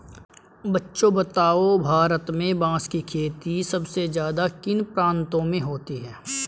बच्चों बताओ भारत में बांस की खेती सबसे ज्यादा किन प्रांतों में होती है?